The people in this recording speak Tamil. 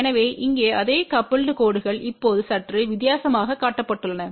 எனவே இங்கே அதே கபுல்டு கோடுகள் இப்போது சற்று வித்தியாசமாக காட்டப்பட்டுள்ளன